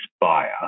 buyer